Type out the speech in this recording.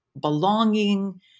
belonging